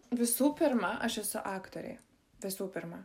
visų pirma aš esu aktorė visų pirma